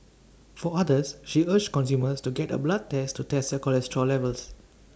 for others she urged consumers to get A blood test to test A cholesterol levels